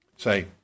Say